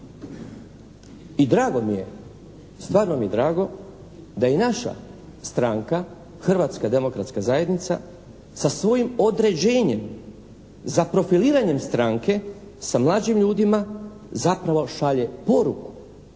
I drago mi je, stvarno mi je drago da i naša stranka Hrvatska demokratska zajednica sa svojim određenjem za profiliranjem stranke sa mlađim ljudima zapravo šalje poruku